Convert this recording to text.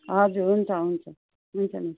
हजुर हुन्छ हुन्छ हुन्छ म्याम